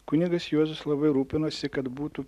kunigas juozas labai rūpinosi kad būtų